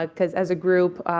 ah because, as a group,